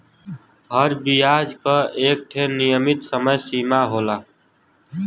हर बियाज क एक ठे नियमित समय सीमा होला